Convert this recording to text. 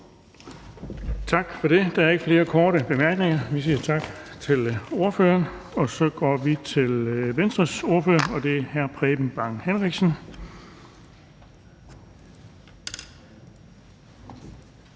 Tak for det. Der er ikke flere korte bemærkninger. Vi siger tak til ordføreren. Så går vi til Venstres ordfører, og det er hr. Preben Bang Henriksen.